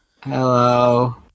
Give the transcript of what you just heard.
Hello